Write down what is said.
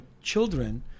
children